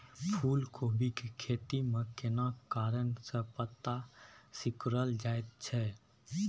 फूलकोबी के खेती में केना कारण से पत्ता सिकुरल जाईत छै?